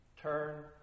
Turn